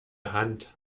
hand